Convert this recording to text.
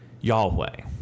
Yahweh